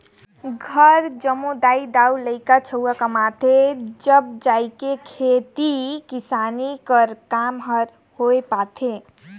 घरे जम्मो दाई दाऊ,, लरिका छउवा कमाथें तब जाएके खेती किसानी कर काम हर होए पाथे